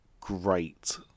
great